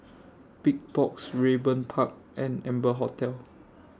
Big Box Raeburn Park and Amber Hotel